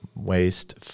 waste